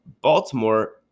Baltimore